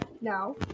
No